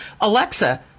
Alexa